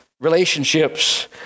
Relationships